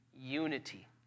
unity